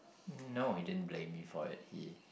um no he didn't blame me for it he